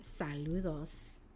saludos